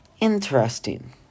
Interesting